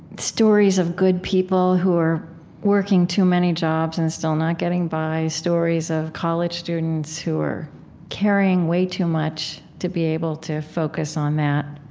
stories of good people who are working too many jobs and still not getting by. stories of college students who are carrying way too much to be able to focus on that.